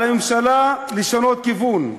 על הממשלה לשנות כיוון,